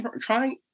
trying